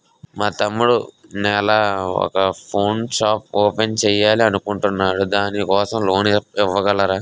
మా తమ్ముడు నెల వొక పాన్ షాప్ ఓపెన్ చేయాలి అనుకుంటునాడు దాని కోసం లోన్ ఇవగలరా?